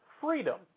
Freedom